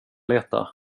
leta